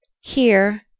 Here